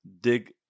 dig